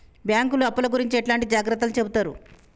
బ్యాంకులు అప్పుల గురించి ఎట్లాంటి జాగ్రత్తలు చెబుతరు?